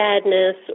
sadness